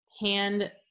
hand